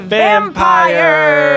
vampire